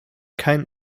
kein